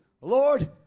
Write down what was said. Lord